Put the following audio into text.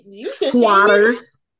Squatters